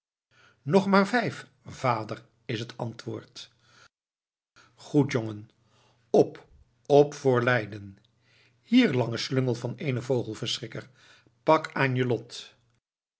nog maar vijf vader is het antwoord goed jongen op op voor leiden hier lange slungel van eenen vogel verschrikker pak aan je lot